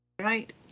Right